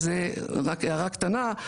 אז רק הערה קטנה.